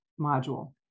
module